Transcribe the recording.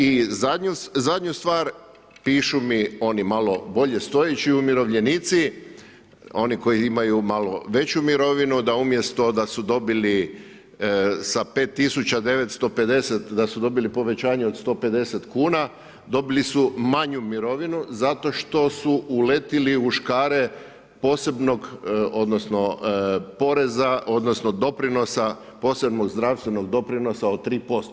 I zadnju stvar, pišu mi oni malo bolje stojeći umirovljenici, oni koji imaju malo veću mirovinu, da umjesto da su dobili sa 5950 da su dobili povećanje od 150 kuna, dobili su manju mirovinu zato što su uletili u škare posebnog odnosno poreza odnosno doprinosa posebnog zdravstvenog doprinosa od 3%